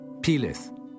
Pelith